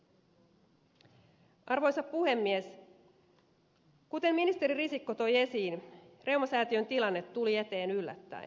kuten ministeri risikko toi esiin reumasäätiön tilanne tuli eteen yllättäen